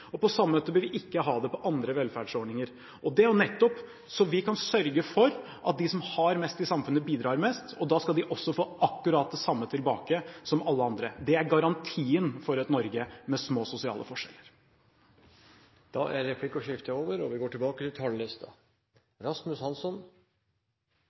og på samme måte bør vi heller ikke ha det på andre velferdsordninger. Det er nettopp for å sørge for at de som har mest i samfunnet, bidrar mest, og da skal de også få akkurat det samme tilbake som alle andre. Det er garantien for et Norge med små sosiale forskjeller. Replikkordskiftet er dermed over.